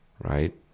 right